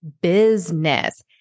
business